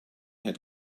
had